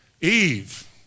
Eve